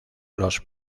los